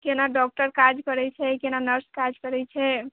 केना डॉक्टर काज करै छै केना नर्स काज करै छै